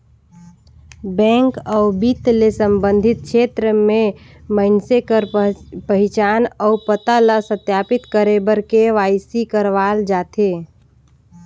bank अउ बित्त ले संबंधित छेत्र में मइनसे कर पहिचान अउ पता ल सत्यापित करे बर के.वाई.सी करवाल जाथे